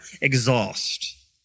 exhaust